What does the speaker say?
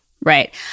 Right